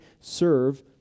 serve